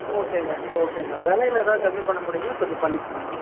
ஓகேங்க ஓகேங்க விலையில எதா கம்மி பண்ண முடிஞ்சா கொஞ்சம் பண்ணி கொடுங்க